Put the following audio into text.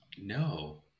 no